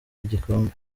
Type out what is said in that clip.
igikombe